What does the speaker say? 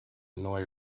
annoy